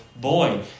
boy